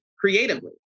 creatively